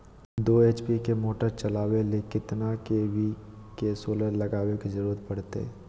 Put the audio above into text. दो एच.पी के मोटर चलावे ले कितना के.वी के सोलर लगावे के जरूरत पड़ते?